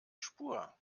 spur